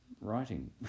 writing